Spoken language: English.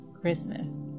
Christmas